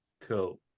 cool